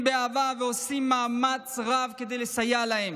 באהבה ועושים מאמץ רב כדי לסייע להם.